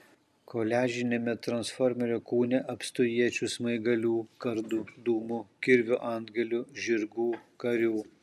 koliažiniame transformerio kūne apstu iečių smaigalių kardų dūmų kirvio antgalių žirgų karių